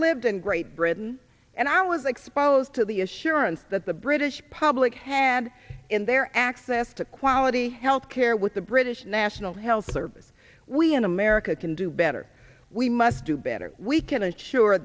lived in great britain and i was exposed to the assurance that the british public had in their access to quality healthcare with the british national health service we in america can do better we must do better we can assure